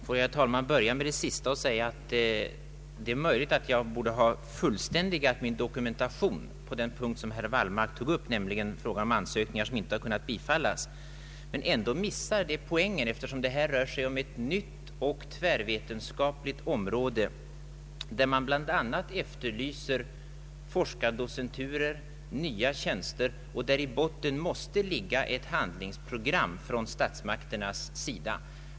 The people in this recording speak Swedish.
Herr talman! Får jag börja med det sista och säga att det är möjligt att jag borde ha fullständigat min dokumentation på den punkt som herr Wallmark tog upp, nämligen frågan om ansökningar som inte kunnat bifallas. Men ändå missar det poängen, eftersom det rör sig om ett nytt och tvärvetenskapligt område, där man bl.a. efterlyser forskardocenturer och nya tjänster och där i botten måste ligga ett handlingsprogram från statsmakternas sida.